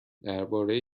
درباره